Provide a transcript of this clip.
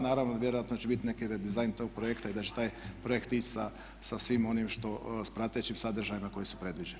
Naravno vjerojatno će biti neki redizajn tog projekta i da će taj projekt ići sa svim onim što, pratećim sadržajima koji su predviđeni.